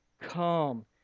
come